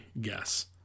guess